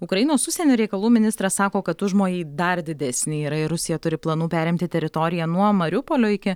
ukrainos užsienio reikalų ministras sako kad užmojai dar didesni yra ir rusija turi planų perimti teritoriją nuo mariupolio iki